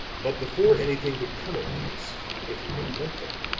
but before anything could come of these, if he really meant them,